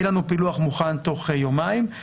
יהיה לנו פילח מוכן תוך יומיים.